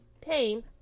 Pain